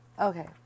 okay